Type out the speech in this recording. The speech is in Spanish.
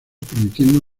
permitiendo